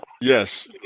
Yes